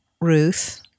Ruth